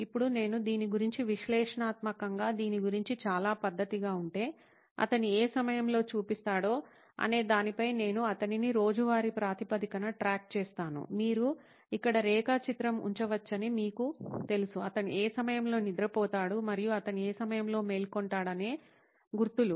ఇప్పుడు నేను దీని గురించి విశ్లేషణాత్మకంగా దీని గురించి చాలా పద్దతిగా ఉంటే అతను ఏ సమయంలో చూపిస్తాడో అనే దానిపై నేను అతనిని రోజువారీ ప్రాతిపదికన ట్రాక్ చేస్తాను మీరు ఇక్కడ రేఖా చిత్రం ఉంచవచ్చని మీకు తెలుసు అతను ఏ సమయంలో నిద్రపోతాడు మరియు అతను ఏ సమయంలో మేల్కొంటాడు అనే గుర్తులు